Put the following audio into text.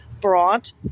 brought